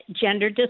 gender